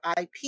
IP